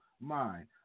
mind